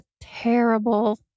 terrible